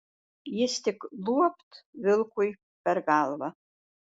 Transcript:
jis tik luopt vilkui per galvą